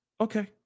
Okay